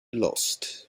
lost